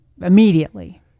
immediately